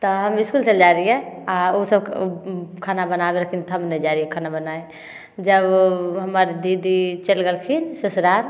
तऽ हम इसकुल चल जाइ रहियै आ ओसब ओ खाना बनाबे रहथिन तऽ हम नहि जाइ रहियै खाना बनाय जब हमर दीदी चल गेलखिन ससुराल